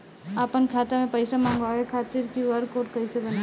आपन खाता मे पईसा मँगवावे खातिर क्यू.आर कोड कईसे बनाएम?